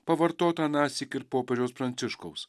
pavartota anąsyk ir popiežiaus pranciškaus